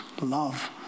love